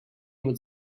would